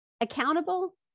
Accountable